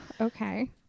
okay